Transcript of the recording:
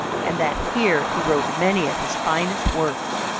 and that here he wrote many of his finest works.